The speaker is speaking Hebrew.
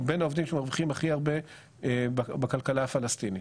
או בין העובדים שמרווחים הכי הרבה בכלכלה הפלסטינית.